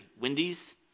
Wendy's